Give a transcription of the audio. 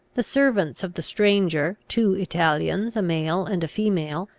the servants of the stranger, two italians, a male and a female,